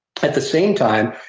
at the same time,